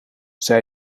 zij